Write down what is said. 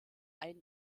ein